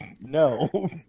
No